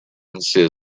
sizzling